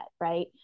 Right